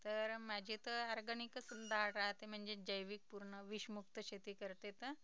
तर माझी तर आर्गनिकी च डाळ राहते म्हणजे जैविक पूर्ण विषमुक्त शेती करते तर